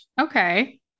Okay